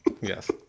Yes